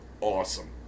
awesome